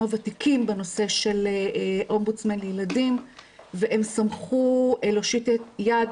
ותיקים בנושא של אומבוטסמן לילדים והם שמחו להושיט יד